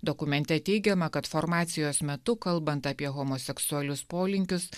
dokumente teigiama kad formacijos metu kalbant apie homoseksualius polinkius